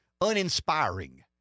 uninspiring